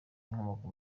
inkomoko